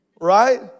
right